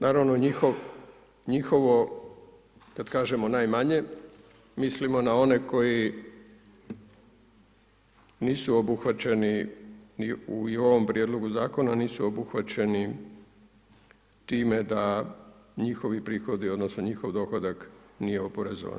Naravno njihovo, kad kažemo najmanje, mislimo na one koji nisu obuhvaćeni ni u ovom prijedlogu zakona nisu obuhvaćeni time da njihovi prihodi, odnosno njihov dohodak nije oporezovan.